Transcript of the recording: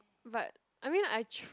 but I mean like I tr~